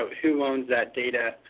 who owns that data,